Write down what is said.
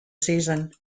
season